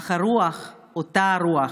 אך הרוח היא אותה רוח.